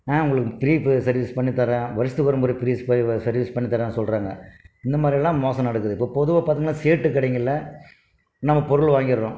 உங்களுக்கு free service பண்ணி தரேன் வருஷத்துக்கு ஒரு முறை ஃப்ரீ சர்வீஸ் பண்ணி தரேன் சொல்கிறாங்க இந்த மாதிரிலாம் மோசம் நடக்குது இப்போ பொதுவாக பார்த்திங்கன்னா சேட்டு கடைங்களில் நம்ம பொருள் வாங்கிடுறோம்